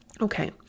Okay